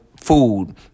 food